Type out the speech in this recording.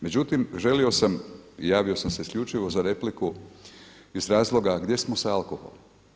Međutim, želio sam i javio sam se isključivo za repliku iz razloga gdje smo sa alkoholom?